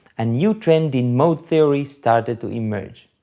a new trend in mode theory started to emerge.